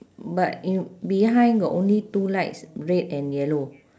but i~ behind got only two lights red and yellow